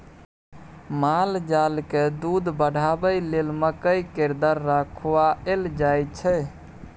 मालजालकेँ दूध बढ़ाबय लेल मकइ केर दर्रा खुआएल जाय छै